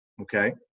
Okay